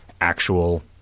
actual